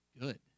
good